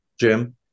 Jim